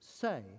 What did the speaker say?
say